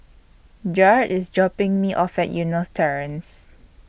Jarred IS dropping Me off At Eunos Terrace